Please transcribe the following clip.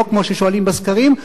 לא כמו ששואלים בסקרים,